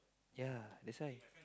ya that's why